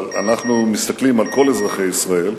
אבל אנחנו מסתכלים על כל אזרחי ישראל.